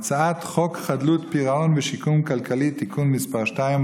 הצעת חוק חדלות פירעון ושיקום כלכלי (תיקון מס' 2),